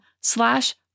slash